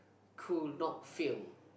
could not fail